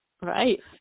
Right